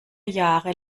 jahre